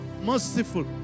merciful